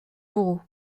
bourreau